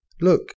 Look